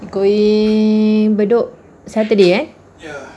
going bedok saturday eh